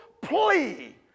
plea